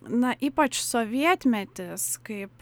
na ypač sovietmetis kaip